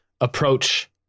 approach